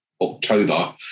October